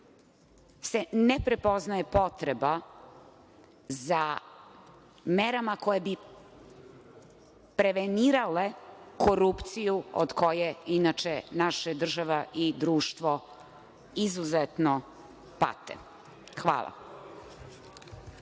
se ne prepoznaje potreba za merama koje bi prevenirale korupciju od koje inače naša država i društvo izuzetno pate. Hvala.